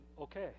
okay